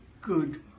good